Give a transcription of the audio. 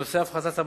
לנושא הפחתת המע"מ,